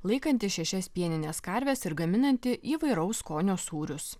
laikanti šešias pienines karves ir gaminanti įvairaus skonio sūrius